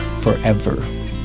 forever